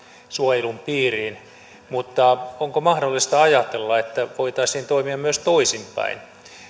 suojelun piiriin mutta onko mahdollista ajatella että voitaisiin toimia myös toisinpäin